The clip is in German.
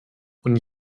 und